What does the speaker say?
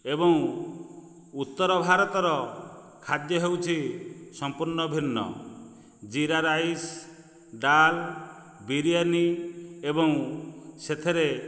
ଏବଂ ଉତ୍ତର ଭାରତର ଖାଦ୍ୟ ହେଉଛି ସମ୍ପୂର୍ଣ୍ଣ ଭିନ୍ନ ଜିରା ରାଇସ୍ ଡାଲ ବିରିୟାନୀ ଏବଂ ସେଥିରେ